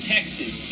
Texas